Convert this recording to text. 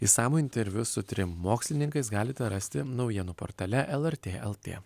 išsamų interviu su trim mokslininkais galite rasti naujienų portale lrt lt